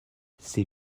ses